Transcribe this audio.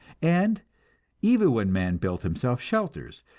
and even when man built himself shelters,